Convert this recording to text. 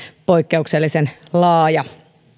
poikkeuksellisen laaja